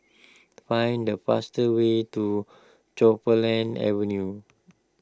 find the fastest way to Avenue